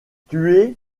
tuer